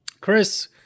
Chris